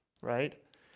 right